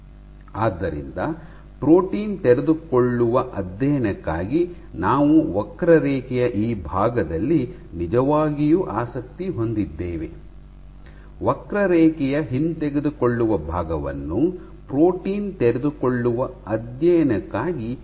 ಆದ್ದರಿಂದ ಪ್ರೋಟೀನ್ ತೆರೆದುಕೊಳ್ಳುವ ಅಧ್ಯಯನಕ್ಕಾಗಿ ನಾವು ವಕ್ರರೇಖೆಯ ಈ ಭಾಗದಲ್ಲಿ ನಿಜವಾಗಿಯೂ ಆಸಕ್ತಿ ಹೊಂದಿದ್ದೇವೆ ವಕ್ರರೇಖೆಯ ಹಿಂತೆಗೆದುಕೊಳ್ಳುವ ಭಾಗವನ್ನು ಪ್ರೋಟೀನ್ ತೆರೆದುಕೊಳ್ಳುವ ಅಧ್ಯಯನಕ್ಕಾಗಿ ವಿಶ್ಲೇಷಿಸಲಾಗುತ್ತದೆ